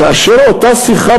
כאשר אותה שיחה,